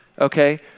okay